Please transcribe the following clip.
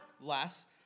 less